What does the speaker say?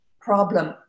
problem